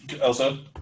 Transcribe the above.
Elsa